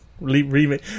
remake